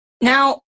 Now